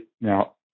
Now